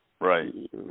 right